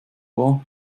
war